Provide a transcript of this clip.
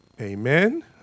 Amen